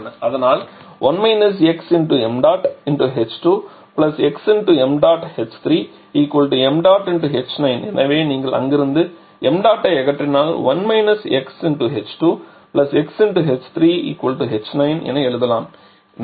அதனால் 1 xmh2xmh3mh9 எனவே நீங்கள் அங்கிருந்து ṁ ஐ அகற்றினால் 1 xh2xh3h9 என எழுதலாம்